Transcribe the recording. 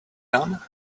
done